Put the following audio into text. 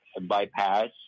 bypass